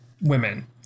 women